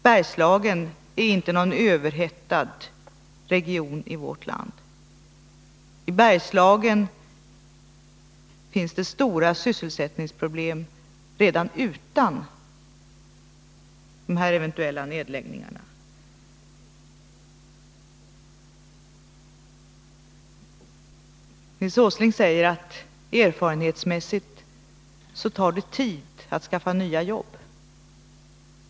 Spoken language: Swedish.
Bergslagen är inte någon överhettad region i vårt land. I Bergslagen finns det stora sysselsättningsproblem redan utan de här eventuella nedläggningarna. Nils Åsling säger att det erfarenhetsmässigt tar tid att skaffa fram nya jobb.